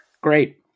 Great